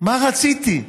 מה רציתי,